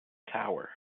tower